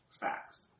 facts